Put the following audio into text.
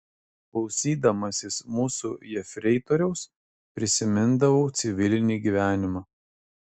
klausydamasis mūsų jefreitoriaus prisimindavau civilinį gyvenimą